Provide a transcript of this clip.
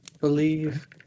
believe